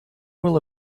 will